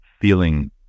feeling